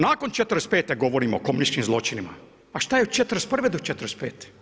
Nakon '45., govorim o komunističkim zločinima, a što je od '41. do 45.